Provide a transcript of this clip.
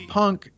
punk